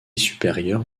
supérieure